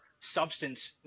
substance